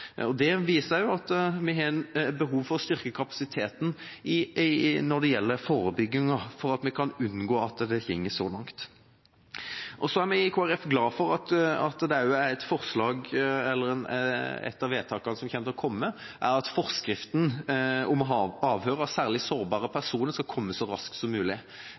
overgrep. Det viser også at vi har behov for å styrke kapasiteten når det gjelder forebygging, slik at vi kan unngå at det går så langt. Så er vi i Kristelig Folkeparti glad for at forskriften om avhør av særlig sårbare personer skal komme så raskt som mulig.